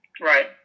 Right